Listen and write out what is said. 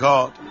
God